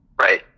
Right